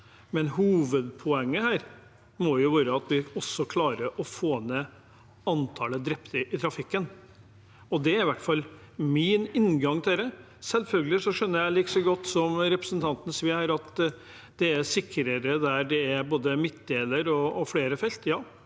men hovedpoenget må være at vi klarer å få ned antallet drepte i trafikken. Det er i hvert fall min inngang til det. Selvfølgelig skjønner jeg, like godt som representanten Sve, at det er sikrere der det er både midtdeler og flere felt.